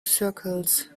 circles